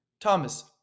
Thomas